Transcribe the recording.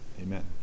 Amen